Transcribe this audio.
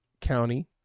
county